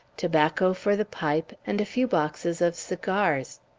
tobacco for the pipe, and a few boxes of cigars.